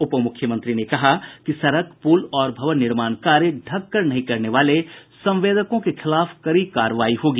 उपमुख्यमंत्री ने कहा कि सड़क पुल और भवन निर्माण कार्य ढंककर नहीं करने वाले संवेदकों के खिलाफ कड़ी कार्रवाई होगी